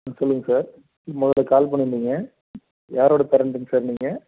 ம் சொல்லுங்க சார் முதல்ல கால் பண்ணியிருந்தீங்க யாரோட பேரண்ட்டுங்க சார் நீங்கள்